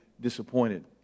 disappointed